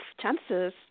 chances